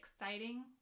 exciting